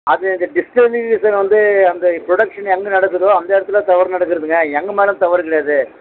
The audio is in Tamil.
அது இந்த டிஸ்கவரி சார் வந்து அந்த புரொடக்ஷன் எங்கே நடக்குதோ அந்த இடத்துல தவறு நடக்கிறதுங்க எங்கள் மேலே தவறு இல்லை இது